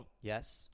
Yes